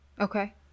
Okay